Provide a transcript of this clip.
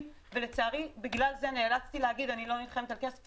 ולצערי בגלל זה נאלצתי להגיד שאני לא נלחמת על כסף,